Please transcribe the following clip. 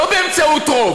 לא באמצעות רוב,